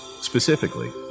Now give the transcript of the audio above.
Specifically